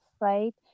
right